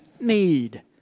need